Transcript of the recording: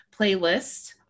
playlist